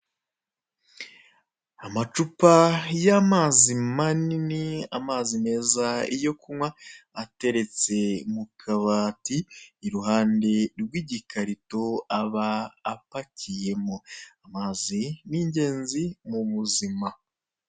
Amacupa y'amazi manini amazi meza yo kunywa ateretse mu kabati iruhande rw'igikarito aba apakiyemo, amazi ni ingenzi mu buzima.